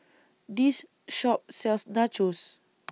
This Shop sells Nachos